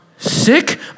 Sick